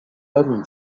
heaven